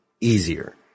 easier